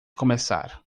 começar